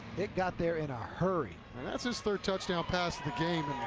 that got there in a hurry. and that's his third touchdown pass of the game.